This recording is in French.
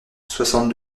soixante